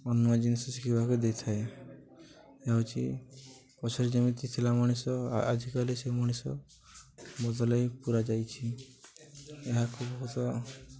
ଅନ୍ୟ ଜିନିଷ ଶିଖିବାକୁ ଦେଇଥାଏ ହେଉଚି ପଛରେ ଯେମିତି ଥିଲା ମଣିଷ ଆଜିକାଲି ସେ ମଣିଷ ବଦଲେଇ ପୂରା ଯାଇଛି ଏହାକୁ ବହୁତ